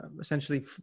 essentially